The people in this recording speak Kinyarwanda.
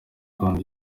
rwanda